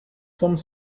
some